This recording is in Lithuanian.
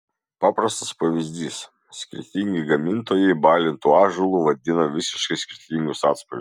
paprastas pavyzdys skirtingi gamintojai balintu ąžuolu vadina visiškai skirtingus atspalvius